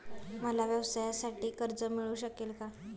मला व्यवसायासाठी कर्ज मिळू शकेल का?